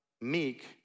meek